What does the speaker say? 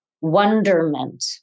wonderment